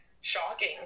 shocking